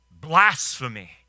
Blasphemy